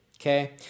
Okay